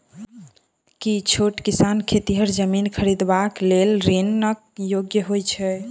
की छोट किसान खेतिहर जमीन खरिदबाक लेल ऋणक योग्य होइ छै?